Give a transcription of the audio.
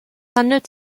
handelt